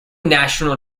national